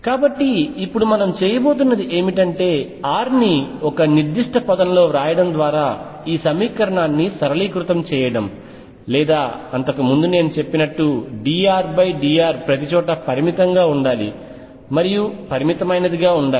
కాబట్టి ఇప్పుడు మనం చేయబోతున్నది ఏమిటంటే r ని ఒక నిర్దిష్ట పదంలో వ్రాయడం ద్వారా ఈ సమీకరణాన్ని సరళీకృతం చేయడం లేదా అంతకు ముందు నేను చెప్పినట్లు dRdr ప్రతిచోటా పరిమితంగా ఉండాలి మరియు పరిమితమైనదిగా ఉండాలి